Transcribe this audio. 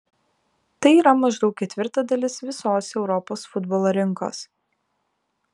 tai yra maždaug ketvirtadalis visos europos futbolo rinkos